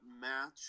match